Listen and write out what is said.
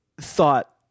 thought